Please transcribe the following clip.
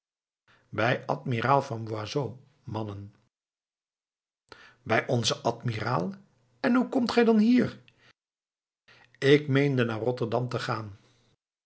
bij admiraal van boisot mannen bij onzen admiraal en hoe komt gij dan hier ik meende naar rotterdam te gaan